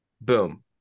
Boom